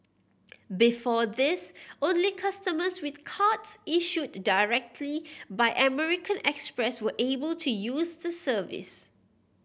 before this only customers with cards issued directly by American Express were able to use the service